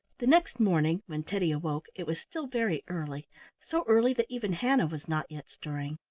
the next morning when teddy awoke it was still very early so early that even hannah was not yet stirring.